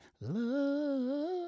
love